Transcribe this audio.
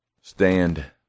stand